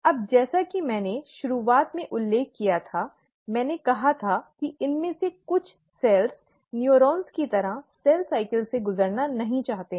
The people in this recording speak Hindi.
अब जैसा कि मैंने शुरुआत में उल्लेख किया था मैंने कहा कि इनमें से कुछ कोशिकाएँ न्यूरॉन्स की तरह सेल साइकिल से गुजरना नहीं चाहती हैं